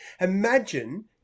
imagine